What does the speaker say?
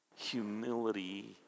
humility